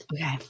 Okay